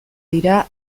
dira